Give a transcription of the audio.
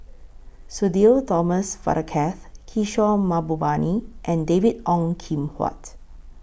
Sudhir Thomas Vadaketh Kishore Mahbubani and David Ong Kim Huat